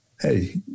hey